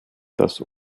dass